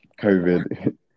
COVID